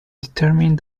determine